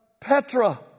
Petra